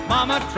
Mama